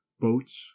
boats